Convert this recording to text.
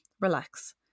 Relax